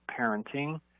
parenting